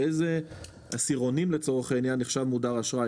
באילו עשירונים נחשב מודר אשראי.